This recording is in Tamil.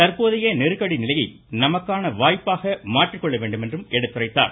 தற்போதைய நெருக்கடி நிலையை நமக்கான வாய்ப்பாக மாற்றிக்கொள்ள வேண்டும் என்றும் நிதியமைச்சர் எடுத்துரைத்தார்